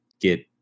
get